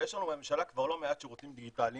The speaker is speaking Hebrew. ויש לנו בממשלה כבר לא מעט שירותים דיגיטליים,